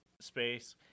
space